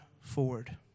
forward